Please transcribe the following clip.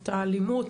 האלימות,